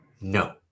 No